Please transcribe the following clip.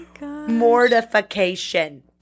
mortification